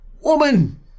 woman